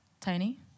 Tiny